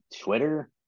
Twitter